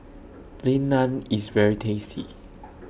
Plain Naan IS very tasty